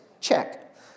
check